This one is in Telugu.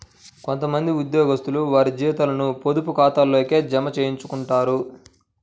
కొంత మంది ఉద్యోగస్తులు వారి జీతాలను పొదుపు ఖాతాల్లోకే జమ చేయించుకుంటారు